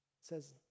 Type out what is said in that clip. says